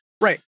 right